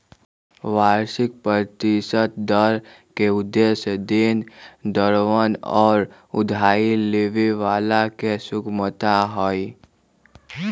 वार्षिक प्रतिशत दर के उद्देश्य देनदरवन और उधारी लेवे वालन के सुगमता हई